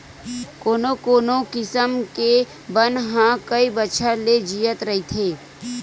कोनो कोनो किसम के बन ह कइ बछर ले जियत रहिथे